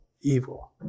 evil